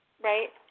Right